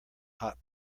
hot